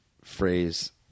phrase